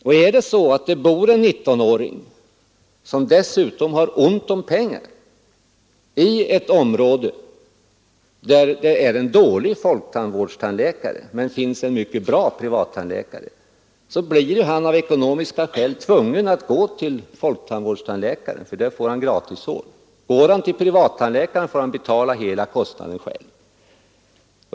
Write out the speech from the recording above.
Om en 19-åring, som dessutom har ont om pengar, bor i ett område där det finns en dålig folktandvårdstandläkare och en mycket bra privat tandläkare, blir han av ekonomiska skäl tvungen att gå till folktandvården, där han får gratis behandling. Går han till privattandläkaren får han betala hela kostnaden själv.